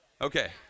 Okay